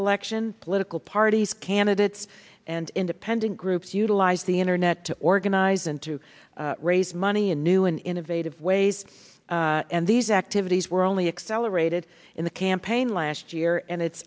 action political parties candidates and independent groups utilize the internet to organize and to raise money in new and innovative ways and these activities were only accelerated in the campaign last year and it's